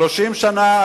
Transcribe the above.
30 שנה,